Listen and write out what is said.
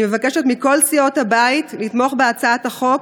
אני מבקשת מכל סיעות הבית לתמוך בהצעת החוק,